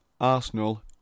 Arsenal